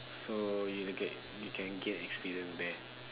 so you get you can get experience there